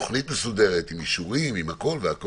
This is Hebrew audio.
ותוכנית מסודרת, עם אישורים והכול.